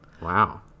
Wow